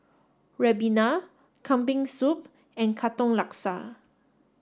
Ribena Kambing Soup and Katong Laksa